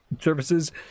services